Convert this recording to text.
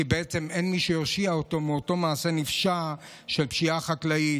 כי בעצם אין מי שיושיע אותו מאותו מעשה נפשע של פשיעה חקלאית.